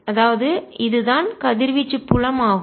அதாவது இதுதான் கதிர்வீச்சு புலம் ஆகும்